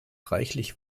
reichlich